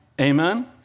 Amen